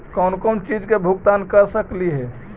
कौन कौन चिज के भुगतान कर सकली हे?